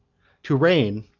to reign,